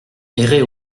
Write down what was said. errer